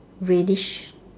reddish